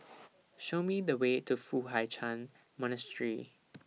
Show Me The Way to Foo Hai Ch'An Monastery